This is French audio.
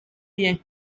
rien